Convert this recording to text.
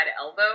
elbow